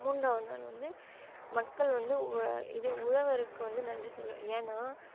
மூன்றாவது நாள் வந்து மக்கள் வந்து உழ இது உழவருக்கு வந்து நன்றி சொல்லணும் ஏன்னால்